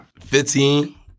Fifteen